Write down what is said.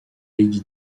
lady